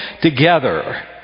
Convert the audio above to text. together